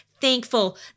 thankful